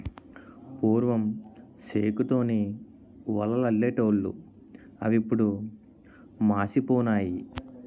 పూర్వం సేకు తోని వలలల్లెటూళ్లు అవిప్పుడు మాసిపోనాయి